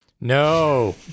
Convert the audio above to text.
No